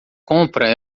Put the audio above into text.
compra